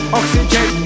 oxygen